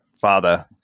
father